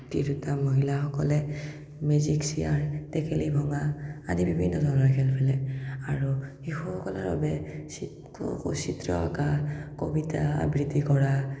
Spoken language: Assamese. তিৰোতা মহিলাসকলে মেজিক চেয়াৰ টেকেলী ভঙা আদি বিভিন্ন ধৰণৰ খেল খেলে আৰু শিশুসকলৰ বাবে চিত্ৰ অঁকা কবিতা আবৃত্তি কৰা